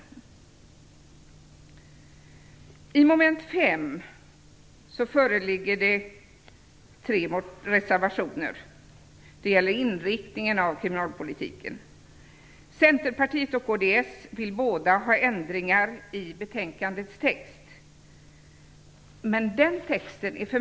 Vid mom. 5 föreligger det tre reservationer. Det gäller inriktningen av kriminalpolitiken. Centerpartiet och kds vill båda ha ändringar i betänkandets text.